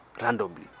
randomly